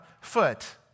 foot